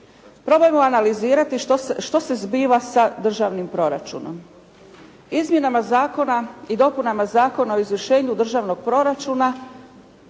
Probajmo analizirati što se zbiva sa državnim proračunom. Izmjenama zakona i dopunama Zakona o izvršenju državnog proračuna